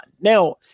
Now